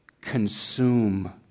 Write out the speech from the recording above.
consume